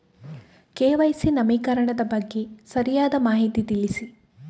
KYC ನವೀಕರಣದ ಬಗ್ಗೆ ಸರಿಯಾದ ಮಾಹಿತಿ ತಿಳಿಸಿ?